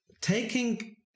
taking